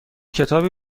کتابی